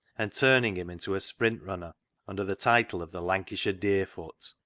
and turning him into a sprint runner under the title of the lancashire deerfoot.